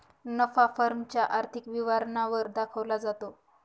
नफा फर्म च्या आर्थिक विवरणा वर दाखवला जातो